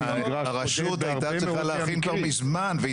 הרשות הייתה צריכה להכין כבר מזמן והיא